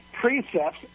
precepts